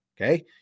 okay